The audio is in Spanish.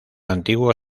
antiguo